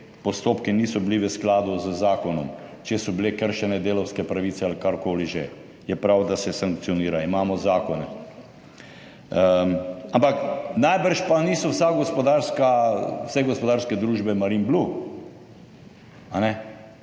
postopki niso bili v skladu z zakonom, če so bile kršene delavske pravice ali kar koli že, je prav, da se sankcionira, imamo zakone, ampak najbrž niso vse gospodarske družbe Marinblu, kajne?